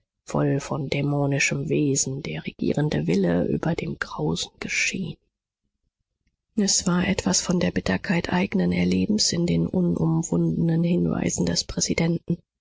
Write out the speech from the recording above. voll von dämonischem wesen der regierende wille über dem grausen geschehen es war etwas von der bitterkeit eignen erlebens in den unumwundenen hinweisen des präsidenten